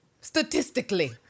statistically